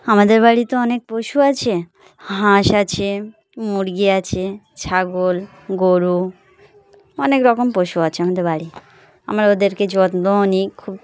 আমাদের বাড়িতে অনেক পশু আছে হাঁস আছে মুরগি আছে ছাগল গরু অনেক রকম পশু আছে আমাদের বাড়ি আমার ওদেরকে যত্ন অনেক খুব